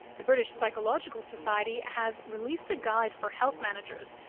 the british psychological society has released a guide for health managers,